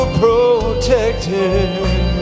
protected